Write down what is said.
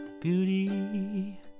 beauty